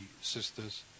sisters